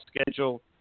schedule